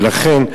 ולכן,